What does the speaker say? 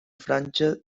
franja